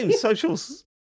socials